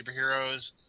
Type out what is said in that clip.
superheroes